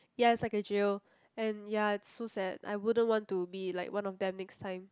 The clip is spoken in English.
ya is like a jail and ya it's so sad I wouldn't want to be like one of them next time